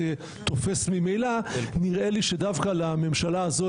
תופס ממילא נראה לי שדווקא לממשלה הזו,